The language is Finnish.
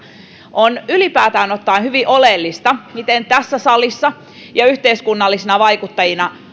on ylipäätään ottaen hyvin oleellista miten tässä salissa ja yhteiskunnallisina vaikuttajina